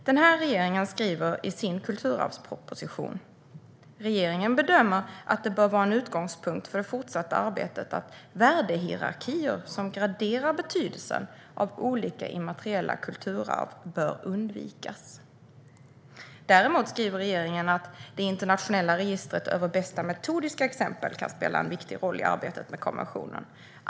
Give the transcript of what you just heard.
Den här regeringen skriver i sin kulturarvsproposition: "Regeringen bedömer vidare att det bör vara en utgångspunkt för det fortsatta arbetet att värdehierarkier som graderar betydelsen av olika immateriella kulturarv bör undvikas." Däremot skriver regeringen att det internationella registret över bästa metodiska exempel kan spela en viktig roll i arbetet med konventionen.